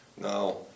Now